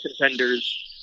contenders